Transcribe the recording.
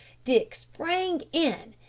dick sprang in,